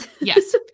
Yes